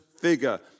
figure